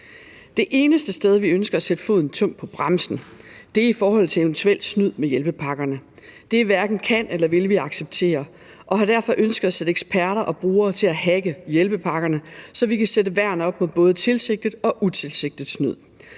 Det eneste sted, vi ønsker at sætte foden tungt på bremsen, er i forhold til eventuel snyd med hjælpepakkerne. Det hverken kan eller vil vi acceptere og har derfor ønsket at sætte eksperter og brugere til at hacke hjælpepakkerne, så vi kan sætte værn op mod både tilsigtet og utilsigtet snyd.